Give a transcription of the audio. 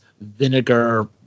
vinegar